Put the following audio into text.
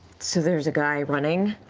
so there's a guy running?